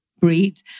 breed